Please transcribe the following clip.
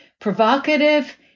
provocative